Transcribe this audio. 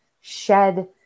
shed